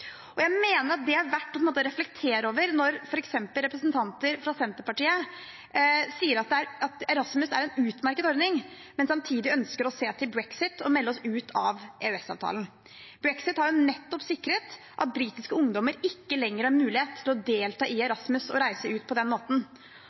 Jeg mener at det er verdt å reflektere over når f.eks. representanter fra Senterpartiet sier at Erasmus er en utmerket ordning, men samtidig ønsker å se til brexit og melde oss ut av EØS-avtalen. Brexit har jo nettopp sikret at britiske ungdommer ikke lenger har mulighet til å delta i Erasmus og reise ut på den måten. Jeg er